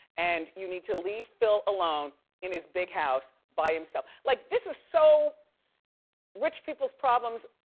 and you need to leave phil alone in his big house, by himself. like, this is so rich people's problems.